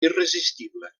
irresistible